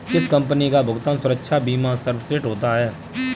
किस कंपनी का भुगतान सुरक्षा बीमा सर्वश्रेष्ठ होता है?